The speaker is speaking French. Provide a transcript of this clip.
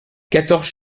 quatorze